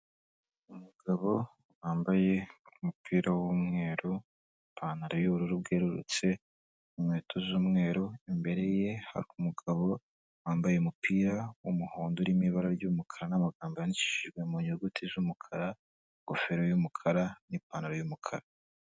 Umugabo wambaye umupira w'umweru, ipantaro y'ubururu bwerurutse, mu nkweto z'umweru, imbere ye hari umugabo wambaye umupira w'umuhondo urimo ibara ry'umukara, amagambo yandikishijwe mu nyuguti z'umukara, n'ingofero y'umukara, n'ipantaro y'umukara.